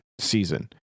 season